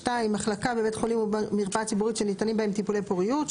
(2) מחלקה בבית חולים או מרפאה ציבורית שניתנים בהם טיפולי פוריות,